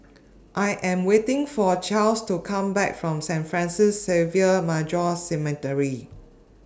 I Am waiting For Chas to Come Back from Saint Francis Xavier Major Seminary